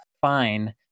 fine